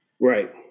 right